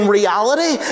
reality